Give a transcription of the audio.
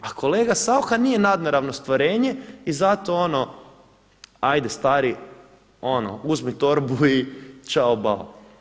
A kolega Saucha nije nadnaravno stvorenje i zato ono, ajde stari, ono, uzmi torbu i ćao bao.